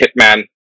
hitman